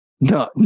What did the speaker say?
No